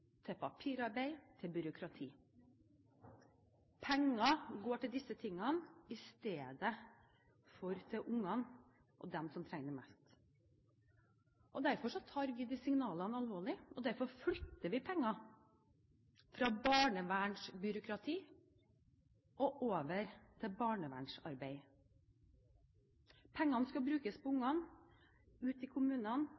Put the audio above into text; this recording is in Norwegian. til papirarbeid, til byråkrati. Penger går til disse tingene i stedet for til ungene – og de som trenger det mest. Derfor tar vi de signalene alvorlig, og derfor flytter vi penger, fra barnevernsbyråkrati og over til barnevernsarbeid. Pengene skal brukes på